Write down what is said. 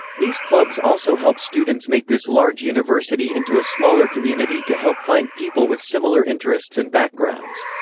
these clubs also help students make this large university into a smaller community to help find people with similar interests and backgrounds.